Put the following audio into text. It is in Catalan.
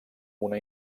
una